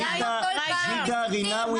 למה כל פעם ויכוחים?